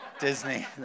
Disney